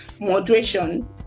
moderation